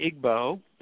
IGBO